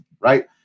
right